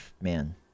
Man